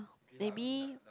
maybe